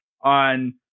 on